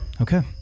Okay